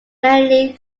mainly